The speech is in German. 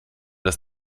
das